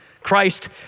Christ